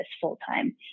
full-time